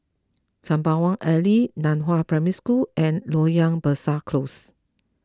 Sembawang Alley Nan Hua Primary School and Loyang Besar Close